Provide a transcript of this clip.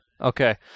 Okay